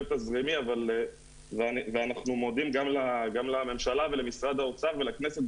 תזרימי ואנחנו מודעים גם לממשלה ולמשרד האוצר ולכנסת,